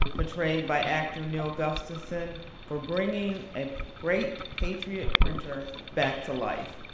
portrayed by actor neal gustafson for bringing a great patriot printer back to life.